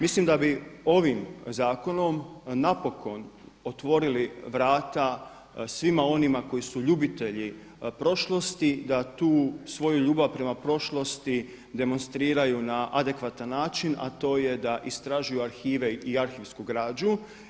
Mislim da bi ovim zakonom napokon otvorili vrata svima onima koji su ljubitelji prošlosti da tu svoju ljubav prema prošlosti demonstriraju na adekvatan način a to je da istražuju arhive i arhivsku građu.